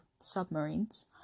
submarines